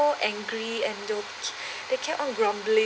angry and don't they kept on grumbling